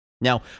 Now